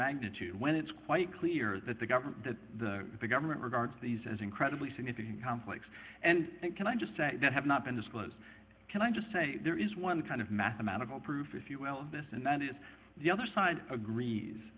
magnitude when it's quite clear that the government that the government regards these as incredibly significant conflicts and can i just say that have not been disclosed can i just say there is one kind of mathematical proof if you will of this and it's the other side